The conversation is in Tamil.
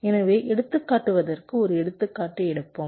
எனவே எடுத்துக்காட்டுவதற்கு ஒரு எடுத்துக்காட்டு எடுப்போம்